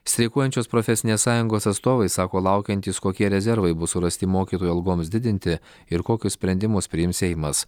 streikuojančios profesinės sąjungos atstovai sako laukiantys kokie rezervai bus surasti mokytojų algoms didinti ir kokius sprendimus priims seimas